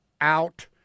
out